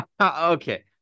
Okay